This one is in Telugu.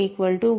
3